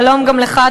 שלום גם לך,